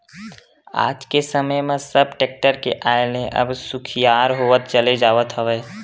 आज के समे म सब टेक्टर के आय ले अब सुखियार होवत चले जावत हवय